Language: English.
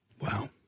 Wow